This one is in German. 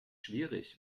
schwierig